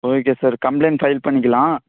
okay sir complaint file பண்ணிக்கலாம்